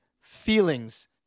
feelings